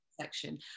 section